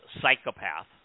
psychopath